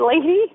lady